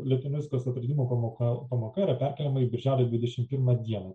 lituanistikos atradimų pamoka pamoka yra perkeliama į birželio dvidešimt pirmą dieną